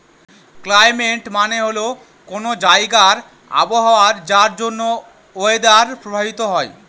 climate মানে হল কোনো জায়গার আবহাওয়া যার জন্য ওয়েদার প্রভাবিত হয়